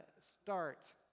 start